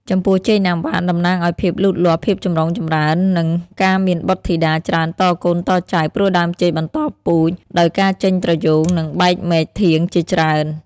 ចំពោះចេកណាំវ៉ា តំណាងឲ្យ ភាពលូតលាស់ ភាពចម្រុងចម្រើន និងការមានបុត្រធីតាច្រើនតកូនតចៅ ព្រោះដើមចេកបន្តពូជដោយការចេញត្រយូង និងបែកមែកធាងជាច្រើន។